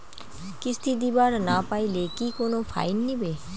কিস্তি দিবার না পাইলে কি কোনো ফাইন নিবে?